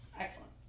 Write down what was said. Excellent